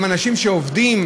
הם אנשים שעובדים,